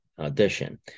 audition